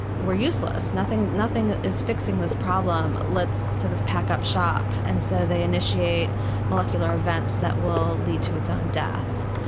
we're useless, nothing nothing is fixing this problem, let's sort of pack up shop. and so they initiate molecular events that will lead to its own death.